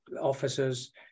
officers